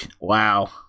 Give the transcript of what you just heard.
wow